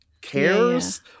cares